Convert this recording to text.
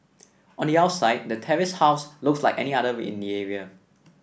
on the outside the terraced house looks like any other in the area